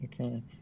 Okay